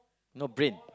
no brain